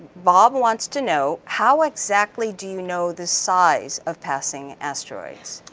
bob wants to know, how exactly do you know the size of passing asteroids?